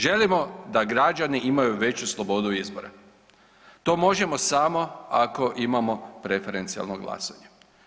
Želimo da građani imaju veću slobodu izbora, to možemo samo ako imamo preferencionalno glasanje.